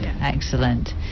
Excellent